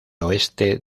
oeste